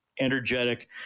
Energetic